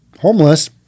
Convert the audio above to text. homeless